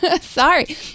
Sorry